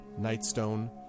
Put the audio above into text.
Nightstone